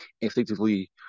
instinctively